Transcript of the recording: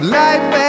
life